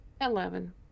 Eleven